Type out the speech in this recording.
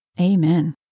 Amen